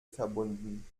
verbunden